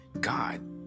God